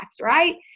right